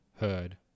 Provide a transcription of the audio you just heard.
heard